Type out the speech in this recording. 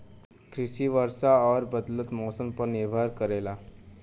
कृषि वर्षा और बदलत मौसम पर निर्भर करेला